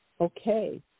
Okay